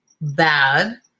bad